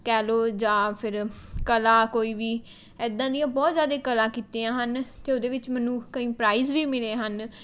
ਕਹਿ ਲਉ ਜਾਂ ਫਿਰ ਕਲਾ ਕੋਈ ਵੀ ਇੱਦਾਂ ਦੀਆਂ ਬਹੁਤ ਜ਼ਿਆਦੇ ਕਲਾ ਕੀਤੀਆਂ ਹਨ ਅਤੇ ਉਹਦੇ ਵਿੱਚ ਮੈਨੂੰ ਕਈ ਪ੍ਰਾਈਜ਼ ਵੀ ਮਿਲੇ ਹਨ